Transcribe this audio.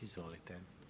Izvolite.